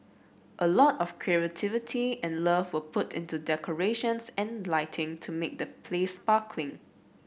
a lot of creativity and love were put into decorations and lighting to make the place sparkling